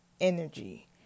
energy